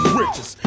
riches